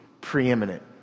preeminent